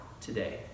today